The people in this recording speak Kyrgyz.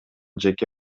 жеке